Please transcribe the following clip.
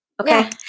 Okay